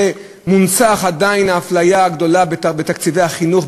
מונצחת עדיין האפליה הגדולה בתקציבי החינוך,